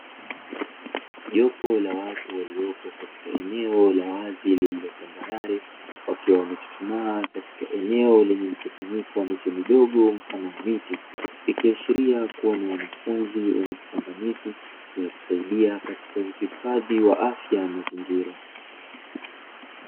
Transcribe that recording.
Jopo la watu lililopo katika eneo la wazi lililo tambarare wakiwa wamechuchumaa katika eneo la mkusanyiko wa miche midogo mfano miti, ikiashiria kuwa ni wanafunzi wenye kupanda miti unaosaidia kwenye uhifadhi wa afya ya mazingira.